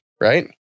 Right